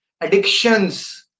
addictions